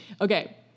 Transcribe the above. Okay